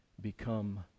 become